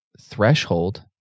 threshold